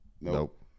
Nope